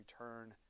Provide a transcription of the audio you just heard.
return